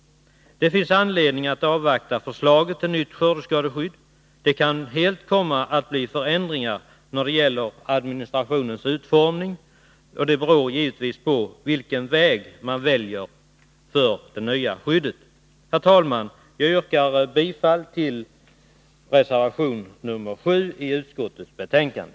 Det finns anledning att avvakta förslaget till nytt skördeskadeskydd. Det kan komma att bli stora förändringar när det gäller administrationens utformning. Hur stora de blir beror givetvis på vilken utformning man väljer för det nya skyddet. Herr talman! Jag yrkar bifall till reservation nr 7 till utskottets betänkande.